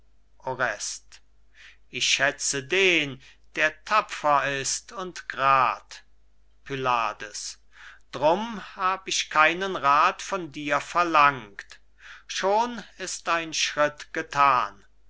ich schätze den der tapfer ist und g'rad pylades drum hab ich keinen rath von dir verlangt schon ist ein schritt gethan